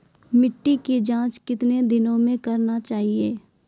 मिट्टी की जाँच कितने दिनों मे करना चाहिए?